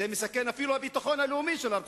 זה מסכן אפילו את הביטחון הלאומי של ארצות-הברית.